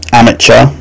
amateur